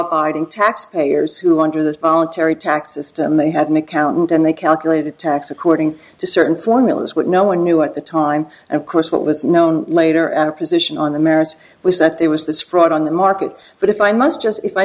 arding taxpayers who under the voluntary tax system they have an accountant and they calculated tax according to certain formulas what no one knew at the time and of course what was known later our position on the merits was that there was this fraud on the market but if i must just if i